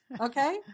Okay